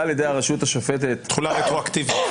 על ידי הרשות השופטת --- תחולה רטרואקטיבית.